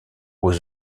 aux